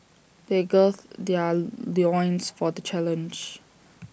they gird their loins for the challenge